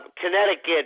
Connecticut